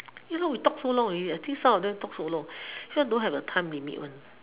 you know we talk so long already I think some of them talk so long I think don't have a time limit one